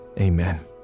amen